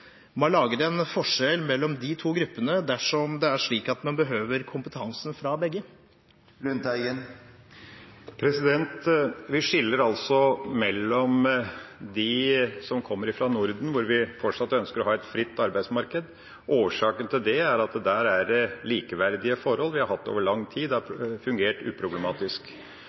man lager en forskjell mellom disse to gruppene dersom det er slik at man behøver kompetansen fra begge? Vi skiller altså mellom dem som kommer fra Norden og andre steder. Vi ønsker fortsatt å ha et fritt arbeidsmarked i Norden. Årsaken til det er at her er det likeverdige forhold. Vi har hatt det over lang tid. Det har